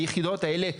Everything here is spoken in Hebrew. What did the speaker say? היחידות האלה בלבד,